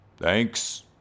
Thanks